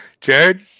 Jared